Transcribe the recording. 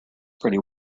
pretty